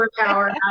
superpower